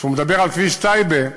שמדבר על כביש טייבה,